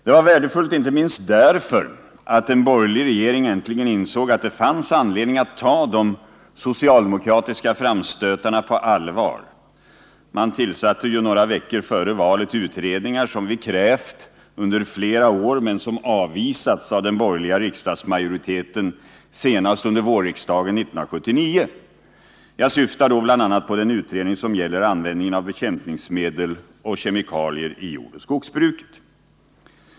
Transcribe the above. Det var värdefullt inte minst därför att en borgerlig regering äntligen tvingades inse att det fanns anledning att ta de socialdemokratiska framstötarna på allvar. Man tillsatte ju några veckor före valet utredningar som vi krävt under flera år men som avvisats av den borgerliga riksdagsmajoriteten senast under vårriksdagen 1979. Jag syftar då bl.a. på den utredning som gäller användningen av bekämpningsmedel och kemikalier i jordoch skogsbruket.